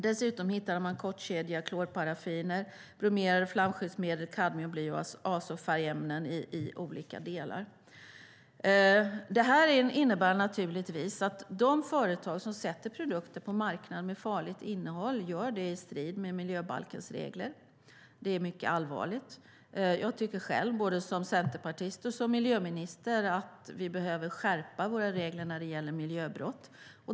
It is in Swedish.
Dessutom hittade man kortkedjiga klorparaffiner, bromerade flamskyddsmedel, kadmium, bly och azofärgämnen i olika delar. De företag som sätter produkter med farligt innehåll på marknaden gör det i strid med miljöbalken. Det är mycket allvarligt. Jag tycker själv, både som centerpartist och som miljöminister, att vi behöver skärpa våra regler när det gäller miljöbrott.